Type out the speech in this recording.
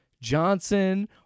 Johnson